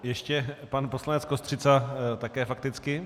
Ještě pan poslanec Kostřica také fakticky.